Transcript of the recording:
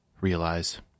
Realize